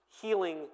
healing